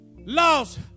lost